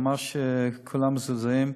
ממש כולם מזועזעים.